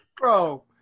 Bro